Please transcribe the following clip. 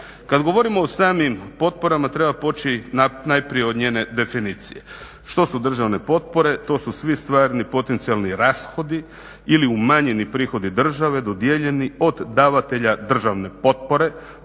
Kad govorimo o samim potporama treba poći najprije od njene definicije. Što su državne potpore? To su svi stvarni, potencijalni rashodi ili umanjeni prihodi države dodijeljeni od davatelja državne potpore.